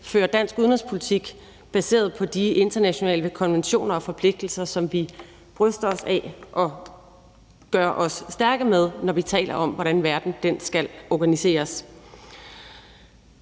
fører dansk udenrigspolitik baseret på de internationale konventioner og forpligtelser, som vi bryster os af og gør os stærke med, når vi taler om, hvordan verden skal organiseres.